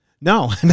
no